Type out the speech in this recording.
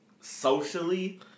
socially